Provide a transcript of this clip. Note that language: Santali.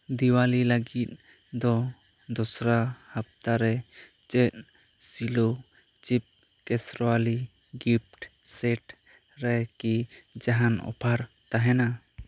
ᱫᱤᱣᱟᱞᱤ ᱞᱟ ᱜᱤᱫ ᱫᱚ ᱫᱚᱥᱨᱟ ᱦᱟᱯᱛᱟ ᱨᱮ ᱪᱮᱫ ᱥᱤᱞᱳ ᱪᱤᱯᱷ ᱠᱮᱥᱨᱟᱣᱟᱞᱤ ᱜᱤᱯᱷᱴ ᱥᱮᱴ ᱨᱮ ᱠᱤ ᱡᱟᱦᱟᱱ ᱚᱯᱷᱟᱨ ᱛᱟᱦᱮᱱᱟ